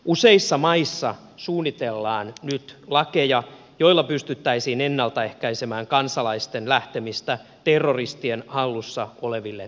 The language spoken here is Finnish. useissa maissa suunnitellaan nyt lakeja joilla pystyttäisiin ehkäisemään ennalta kansalaisten lähtemistä terroristien hallussa oleville taistelualueille